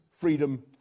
freedom